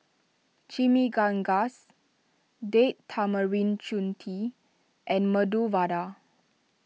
Chimichangas Date Tamarind and Medu Vada